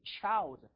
child